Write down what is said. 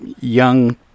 young